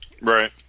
Right